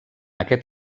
aquest